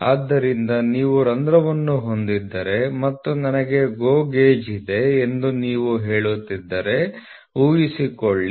ಆದ್ದರಿಂದ ನೀವು ರಂಧ್ರವನ್ನು ಹೊಂದಿದ್ದರೆ ಮತ್ತು ನನಗೆ GO ಗೇಜ್ ಇದೆ ಎಂದು ನೀವು ಹೇಳುತ್ತಿದ್ದರೆ ಊಹಿಸಿಕೊಳ್ಳಿ